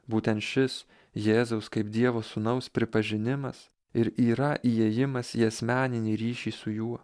būtent šis jėzaus kaip dievo sūnaus pripažinimas ir yra įėjimas į asmeninį ryšį su juo